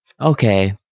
Okay